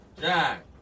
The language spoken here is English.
Jack